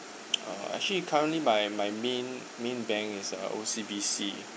uh actually currently my my main main bank is uh O_C_B_C